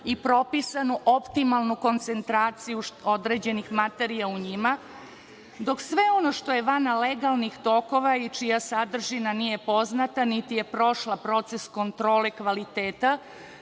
i propisanu optimalnu koncentraciju određenih materija u njima, dok sve ono što je van legalnih tokova i čija sadržina nije poznata niti je prošla proces kontrole kvaliteta